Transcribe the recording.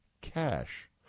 cash